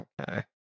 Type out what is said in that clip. Okay